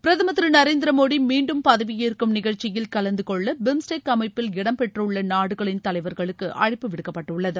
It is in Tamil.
பிரதம் திரு நரேந்திர மோடி மீண்டும் பதவி ஏற்கும் நிகழ்ச்சியில் கலந்து கொள்ள பிம்ஸ்டெக் அமைப்பில் இடம் பெற்றுள்ள நாடுகளின் தலைவர்களுக்கு அழழப்பு விடுக்கப்பட்டுள்ளது